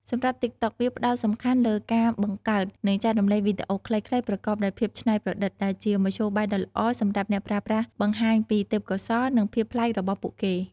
សម្រាប់ ទីកតុក វាផ្ដោតសំខាន់លើការបង្កើត និងចែករំលែកវីដេអូខ្លីៗប្រកបដោយភាពច្នៃប្រឌិត ដែលជាមធ្យោបាយដ៏ល្អសម្រាប់អ្នកប្រើប្រាស់បង្ហាញពីទេពកោសល្យ និងភាពប្លែករបស់ពួកគេ។